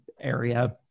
area